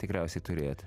tikriausiai turėt